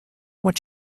what